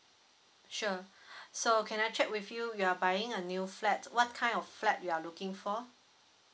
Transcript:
sure so can I check with you you are buying a new flat what kind of flat you are looking for